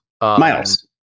Miles